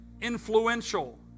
influential